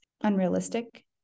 unrealistic